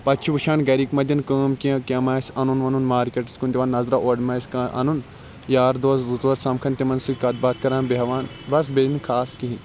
پَتہٕ چھِ وٕچھان گَرٕکۍ مہَ دِن کٲم کینٛہہ کینٛہہ مہَ آسہِ اَنُن وَنُن مارکیٚٹَس کُن دِوان نَظرہ اورٕ مہَ آسہِ کانٛہہ اَنُن یار دوس زٕ ژور سَمکھان تِمَن سۭتۍ کتھ باتھ کَران بیٚہوان بَس بیٚیہِ نہٕ خاص کِہیٖنۍ